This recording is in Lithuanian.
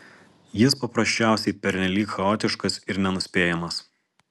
jis paprasčiausiai pernelyg chaotiškas ir nenuspėjamas